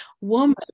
woman